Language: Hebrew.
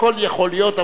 הכול יכול להיות,